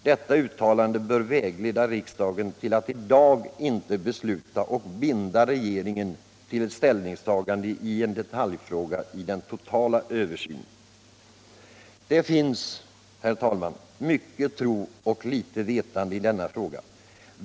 Detta uttalande bör vägleda riksdagen till att i dag inte besluta och binda regeringen till ett ställningstagande i en detaljfråga vid den totala översynen. Det finns, herr talman, mycket tro och litet vetande i denna fråga.